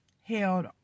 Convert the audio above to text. held